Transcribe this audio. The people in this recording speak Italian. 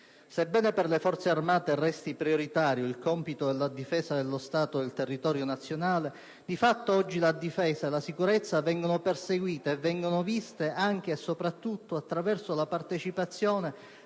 Sebbene per le Forze armate resti prioritario il compito della difesa dello Stato e del territorio nazionale, di fatto, oggi la difesa e la sicurezza vengono perseguite e vengono viste anche e soprattutto attraverso la partecipazione